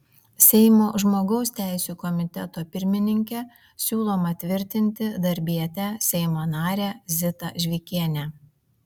seimo žmogaus teisių komiteto pirmininke siūloma tvirtinti darbietę seimo narę zitą žvikienę